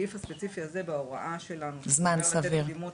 הסעיף הספציפי הזה בהוראה של מתן קדימות